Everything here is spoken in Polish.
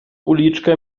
uliczkę